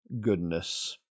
goodness